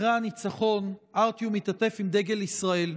אחרי הניצחון ארטיום התעטף בדגל ישראל,